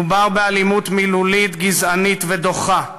מדובר באלימות מילולית גזענית ודוחה.